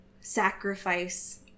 sacrifice